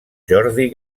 jordi